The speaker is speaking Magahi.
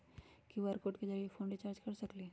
कियु.आर कोड के जरिय फोन रिचार्ज कर सकली ह?